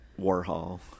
Warhol